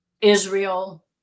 Israel